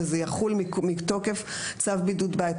וזה יחול מתוקף צו בידוד בית,